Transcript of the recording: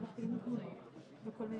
שלום לכולם.